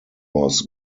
was